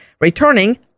returning